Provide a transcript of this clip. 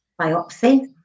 biopsy